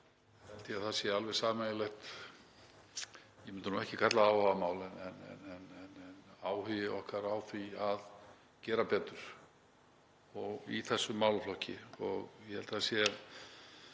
ég að það sé alveg sameiginlegt, ég myndi nú ekki kalla það áhugamál en áhugi okkar á því að gera betur í þessum málaflokki.